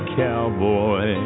cowboy